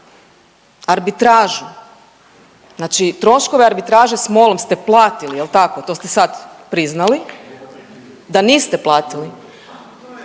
arbitražu. Znači troškove arbitraže sa MOL-om ste platili jel' tako? To ste sada priznali da niste platili.